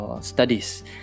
Studies